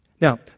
Now